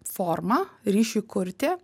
forma ryšiui kurti